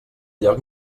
lloc